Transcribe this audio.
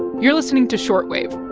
you're listening to short wave